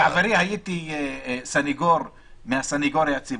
בעברי הייתי סנגור מהסנגוריה הציבורית.